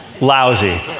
Lousy